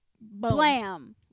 Blam